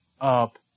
up